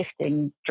shifting